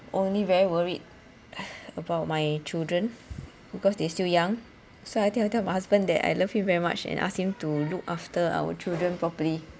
only very worried about my children because they still young so I think I'll tell my husband that I love you very much and ask him to look after our children properly